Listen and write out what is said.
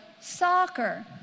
soccer